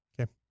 Okay